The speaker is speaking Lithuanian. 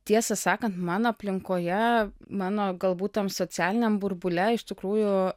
tiesą sakant mano aplinkoje mano galbūt tam socialiniam burbule iš tikrųjų